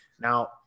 now